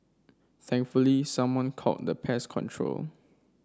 thankfully someone called the pest control